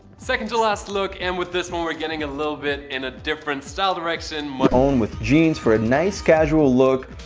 second to last look and with this one we're getting a little bit in a different style direction. own with jeans for a nice casual look.